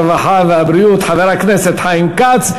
הרווחה והבריאות חבר הכנסת חיים כץ.